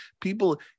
people